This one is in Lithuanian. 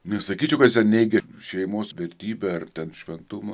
nesakyčiau kad jis ten neigė šeimos vertybę ar ten šventumą